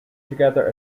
together